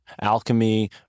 alchemy